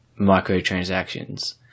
microtransactions